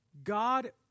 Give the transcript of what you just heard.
God